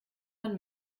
man